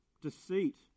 deceit